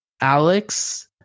Alex